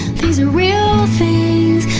these are real things